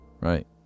Right